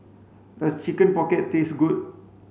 does chicken pocket taste good